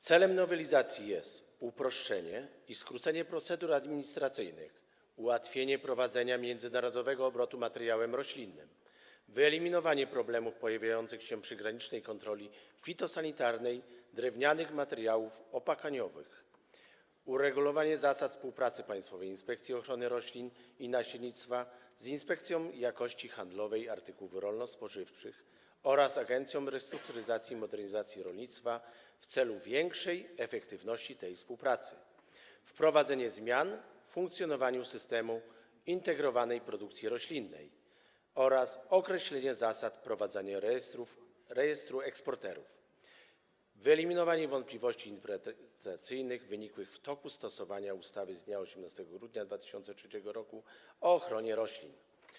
Celem nowelizacji jest uproszczenie i skrócenie procedur administracyjnych, ułatwienie prowadzenia międzynarodowego obrotu materiałem roślinnym, wyeliminowanie problemów pojawiających się przy granicznej kontroli fitosanitarnej drewnianych materiałów opakowaniowych, uregulowanie zasad współpracy Państwowej Inspekcji Ochrony Roślin i Nasiennictwa z Inspekcją Jakości Handlowej Artykułów Rolno-Spożywczych oraz Agencją Restrukturyzacji i Modernizacji Rolnictwa w celu większej efektywności tej współpracy, wprowadzenie zmian w funkcjonowaniu systemu integrowanej produkcji roślinnej oraz określenie zasad prowadzenia rejestru eksporterów i wyeliminowanie wątpliwości interpretacyjnych wynikłych w toku stosowania ustawy z dnia 18 grudnia 2003 r. o ochronie roślin.